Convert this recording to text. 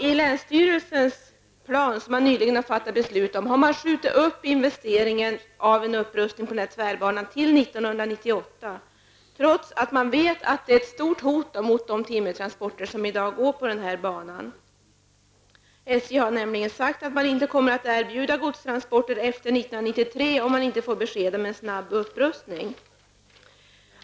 I länsstyrelsens plan, som man nu har fattat beslut om, har man skjutit upp investeringen i upprustning av tvärbanan till 1998, trots att man vet att det innebär ett stort hot mot de timmertransporter som i dag går på banan. SJ har nämligen sagt att några godstransporter inte kommer att erbjudas efter 1993, om det inte kommer besked om en snabb upprustning.